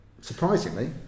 Surprisingly